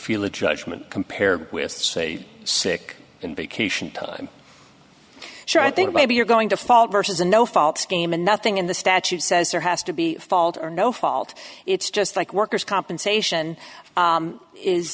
feel of judgment compared with say sick and vacation time sure i think maybe you're going to fall versus a no fault scheme and nothing in the statute says there has to be fault or no fault it's just like worker's compensation